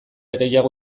gehiago